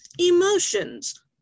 Emotions